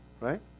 right